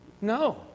No